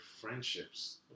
friendships